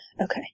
okay